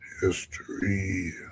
History